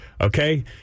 Okay